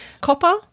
copper